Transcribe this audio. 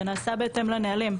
זה נעשה בהתאם לנהלים.